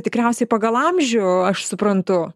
tikriausiai pagal amžių aš suprantu